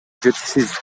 жетишсиз